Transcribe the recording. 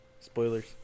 Spoilers